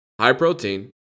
high-protein